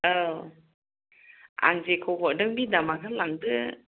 औ आं जेखौ हरदों बे दामाखौनो लांदो